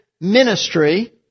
ministry